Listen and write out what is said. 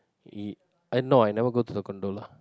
it uh no I never go to the gondola